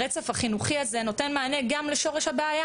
הרצף החינוכי נותן מענה גם לשורש הבעיה